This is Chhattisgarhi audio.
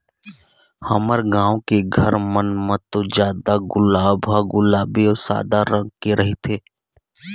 हमर गाँव के घर मन म तो जादा गुलाब ह गुलाबी अउ सादा रंग के रहिथे